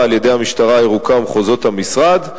על-ידי המשטרה הירוקה ומחוזות המשרד.